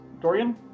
Dorian